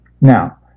Now